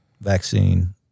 vaccine